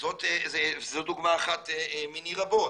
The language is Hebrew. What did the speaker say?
זו דוגמה אחת מני רבות.